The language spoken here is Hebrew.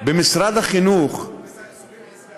במשרד החינוך, אנחנו סוגרים עסקה.